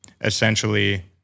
essentially